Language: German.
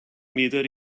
meter